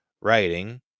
writing